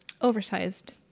oversized